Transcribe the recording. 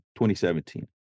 2017